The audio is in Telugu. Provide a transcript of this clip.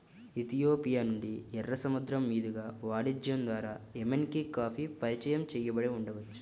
ఇథియోపియా నుండి, ఎర్ర సముద్రం మీదుగా వాణిజ్యం ద్వారా ఎమెన్కి కాఫీ పరిచయం చేయబడి ఉండవచ్చు